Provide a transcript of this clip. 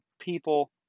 people